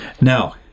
Now